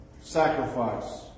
sacrifice